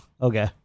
Okay